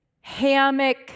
hammock